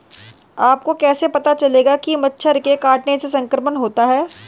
आपको कैसे पता चलेगा कि मच्छर के काटने से संक्रमण होता है?